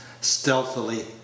stealthily